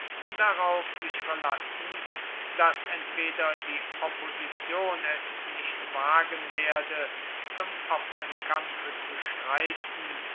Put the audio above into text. darauf sich verlassen daß entweder die opposition es nicht wagen werde zum offenen kampfe zu schreiten